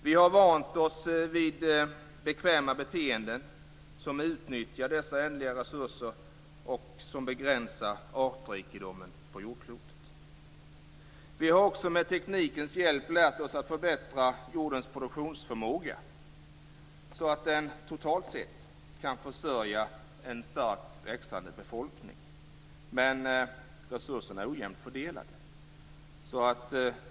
Vi har vant oss vid bekväma beteenden som utnyttjar dessa ändliga resurser och som begränsar artrikedomen på jordklotet. Vi har också med teknikens hjälp lärt oss att förbättra jordens produktionsförmåga så att den totalt sett kan försörja en starkt växande befolkning. Men resurserna är ojämnt fördelade.